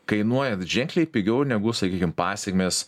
kainuoja ženkliai pigiau negu sakykim pasekmės